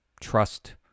trust